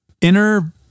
inner